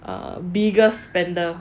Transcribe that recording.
a bigger spender